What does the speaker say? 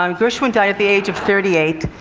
um gershwin died at the age of thirty eight.